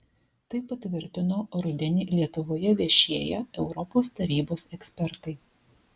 tai patvirtino rudenį lietuvoje viešėję europos tarybos ekspertai